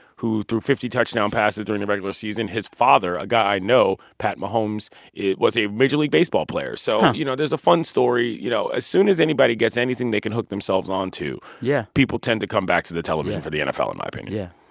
who threw fifty touchdown passes during the regular season. his father, a guy i know pat mahomes was a major league baseball player. so, you know, there's a fun story, you know? as soon as anybody gets anything they can hook themselves onto. yeah. people tend to come back to the television for the nfl, in my opinion yeah.